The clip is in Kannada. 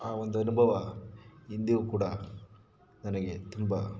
ಆ ಒಂದು ಅನುಭವ ಇಂದಿಗೂ ಕೂಡ ನನಗೆ ತುಂಬ